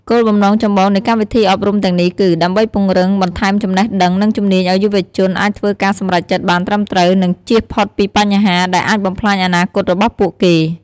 គោលបំណង ចម្បងនៃកម្មវិធីអប់រំទាំងនេះគឺ ដើម្បីពង្រឹងបន្ថែមចំណេះដឹង និងជំនាញឱ្យយុវជនអាចធ្វើការសម្រេចចិត្តបានត្រឹមត្រូវ និងចៀសផុតពីបញ្ហា ដែលអាចបំផ្លាញអនាគតរបស់ពួកគេ។